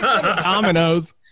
Dominoes